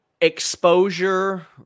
Exposure